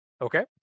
Okay